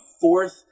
fourth